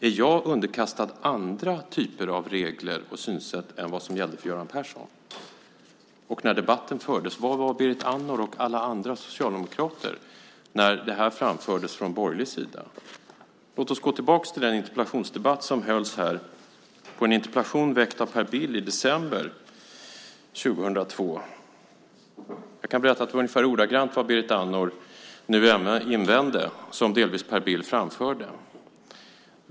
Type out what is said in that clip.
Är jag underkastad andra typer av regler och synsätt än de som gällde för Göran Persson? Var fanns Berit Andnor och alla andra socialdemokrater när detta framfördes från borgerlig sida i debatten? Låt oss gå tillbaka till den debatt som hölls i samband med en interpellation väckt av Per Bill i december 2002. Jag kan berätta att det som Per Bill då framförde delvis var nästan ordagrant det som nu också är Berit Andnors invändning.